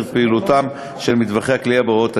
את פעילותם של מטווחי הקליעה בהוראות קבע.